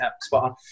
spot